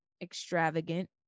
extravagant